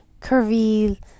curvy